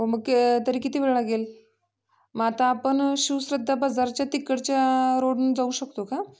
हो मग तरी किती वेळ लागेल मग आता आपण शिवस्रद्धा बजारच्या तिकडच्या रोडने जाऊ शकतो का